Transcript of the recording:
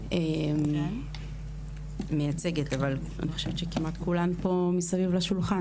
אני מייצגת אבל אני חושבת שכמעט כולן פה מסביב לשולחן,